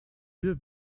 wir